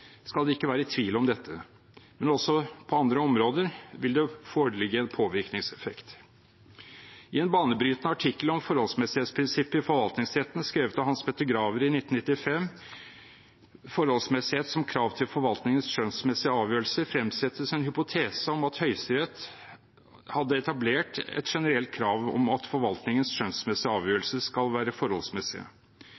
skal det ikke være tvil om dette. Men også på andre områder vil det foreligge en påvirkningseffekt. I en banebrytende artikkel om forholdsmessighetsprinsippet i forvaltningsretten skrevet av Hans Petter Graver i 1995, «Forholdsmessighet som krav til forvaltningens skjønnsmessige avgjørelser», fremsettes en hypotese om at Høyesterett har etablert et generelt krav om at forvaltningens skjønnsmessige